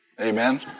amen